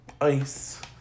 ICE